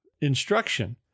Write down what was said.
instruction